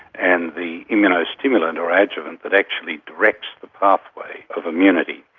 and the immuno-stimulant or adjuvant that actually directs the pathway of immunity.